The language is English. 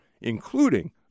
including